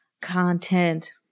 content